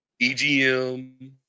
EGM